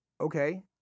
Okay